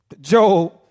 Job